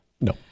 No